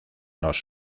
los